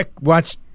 watch